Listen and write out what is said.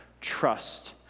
Trust